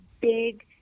big